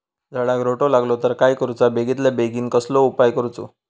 झाडाक रोटो लागलो तर काय करुचा बेगितल्या बेगीन कसलो उपाय करूचो?